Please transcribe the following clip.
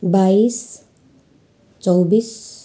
बाइस चौबिस